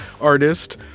artist